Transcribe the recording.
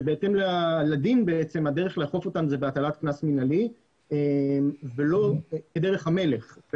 ובהתאם לדין הדרך לאכוף אותן היא בהטלת קנס מינהלי ולא כדרך המלך.